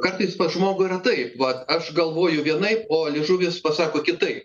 kartais pas žmogų yra taip vat aš galvoju vienaip o liežuvis pasako kitaip